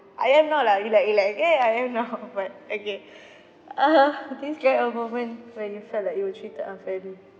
I am not lah relax relax okay I am not but okay uh describe a moment when you felt like you were treated unfairly